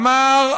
אמר: